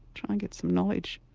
try and get some knowledge.